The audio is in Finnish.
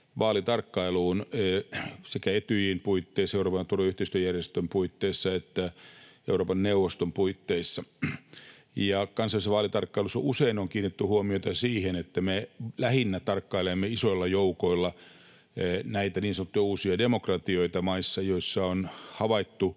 vaalitarkkailuun sekä Etyjin, Euroopan turvallisuus‑ ja yhteistyöjärjestön, puitteissa että Euroopan neuvoston puitteissa. Kansallisessa vaalitarkkailussa usein on kiinnitetty huomiota siihen, että me lähinnä tarkkailemme isoilla joukoilla näitä niin sanottuja uusia demokratioita maissa, joissa on havaittu